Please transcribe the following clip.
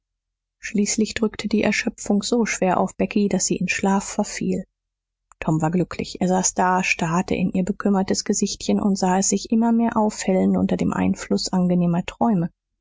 schließlich drückte die erschöpfung so schwer auf becky daß sie in schlaf verfiel tom war glücklich er saß da starrte in ihr bekümmertes gesichtchen und sah es sich immer mehr aufhellen unter dem einfluß angenehmer träume